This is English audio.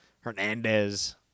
Hernandez